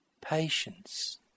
Patience